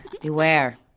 Beware